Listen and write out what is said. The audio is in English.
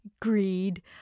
greed